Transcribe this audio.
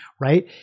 right